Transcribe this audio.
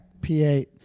P8